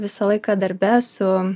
visą laiką darbe su